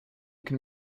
can